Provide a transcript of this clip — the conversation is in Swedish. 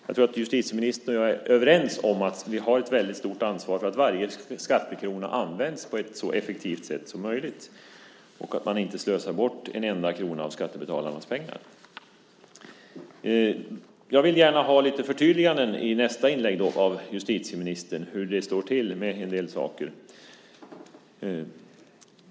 Jag tror att justitieministern och jag är överens om att vi har ett väldigt stort ansvar för att varje skattekrona används på ett så effektivt sätt som möjligt och att man inte slösar bort en enda krona av skattebetalarnas pengar. Jag vill gärna ha lite förtydliganden i nästa inlägg av justitieministern om hur det står till med en del saker.